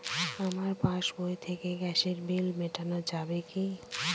আমার পাসবই থেকে গ্যাসের বিল মেটানো যাবে কি?